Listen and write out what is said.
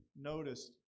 noticed